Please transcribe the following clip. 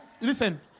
listen